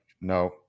No